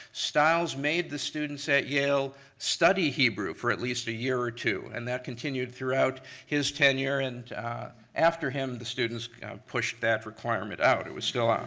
stiles made the students at yale study hebrew for at least a year or two. and that continued throughout his tenure, and after them, the students pushed that requirement out. it was still on.